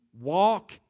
walk